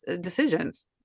decisions